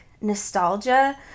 nostalgia